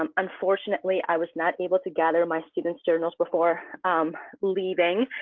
um unfortunately, i was not able to gather my students journals before leaving,